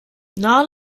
nahe